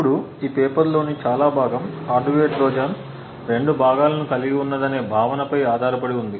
ఇప్పుడు ఈ పేపర్లోని చాలా భాగం హార్డ్వేర్ ట్రోజన్ రెండు భాగాలను కలిగి ఉన్నదనే భావనపై ఆధారపడి ఉంది